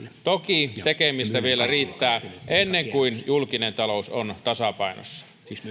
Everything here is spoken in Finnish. toki tekemistä vielä riittää ennen kuin julkinen talous on tasapainossa